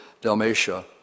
Dalmatia